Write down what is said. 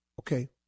Okay